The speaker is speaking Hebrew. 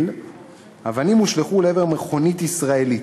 "אבנים הושלכו לעבר מכונית ישראלית".